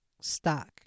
stock